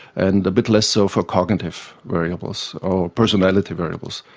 and a bit less so for cognitive variables or personality variables.